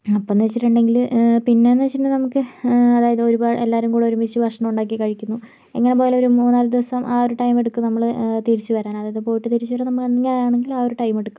അപ്പൊന്നു വെച്ചിട്ടുണ്ടെങ്കില് പിന്നെന്നു വെച്ചിട്ടുണ്ടേൽ നമുക്ക് അതായത് എല്ലാവരും കൂടെ ഒരുമിച്ച് ഭക്ഷണം ഉണ്ടാക്കി കഴിക്കുന്നു എങ്ങനെ പോയാലും ഒരു മൂന്നാലു ദിവസം ആ ഒരു ടൈമെടുക്കും നമ്മള് തിരിച്ചുവരാൻ അതായത് പോയിട്ട് തിരിച്ചൊരു നമ്മളെങ്ങനെ ആണെങ്കിലും ആ ഒരു ടൈമെടുക്കും